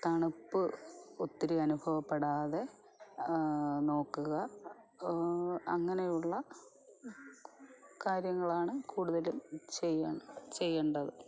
തണുപ്പ് ഒത്തിരി അനുഭവപ്പെടാതെ നോക്കുക അങ്ങനെയുള്ള കാര്യങ്ങളാണ് കൂടുതലും ചെയ്യേണ്ടത്